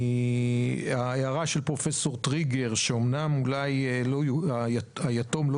ההערה של פרופסור טריגר על כך שאולי היתום לא